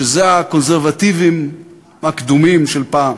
הקונסרבטיבים הקדומים, של פעם.